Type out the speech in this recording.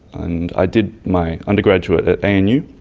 and i did my undergraduate at anu.